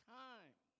time